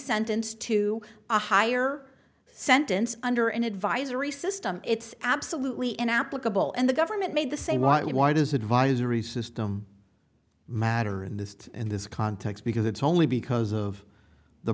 sentenced to a higher sentence under an advisory system it's absolutely inapplicable and the government made the same i why does advisory system matter in this in this context because it's only because of the